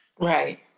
right